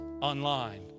online